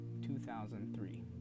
2003